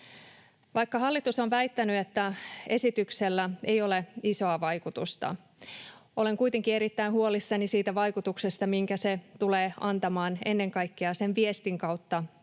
Vaikka hallitus on väittänyt, että esityksellä ei ole isoa vaikutusta, olen kuitenkin erittäin huolissani siitä vaikutuksesta, minkä se tulee antamaan ennen kaikkea sen viestin kautta,